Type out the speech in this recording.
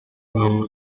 baganga